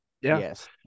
Yes